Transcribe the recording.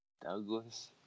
Douglas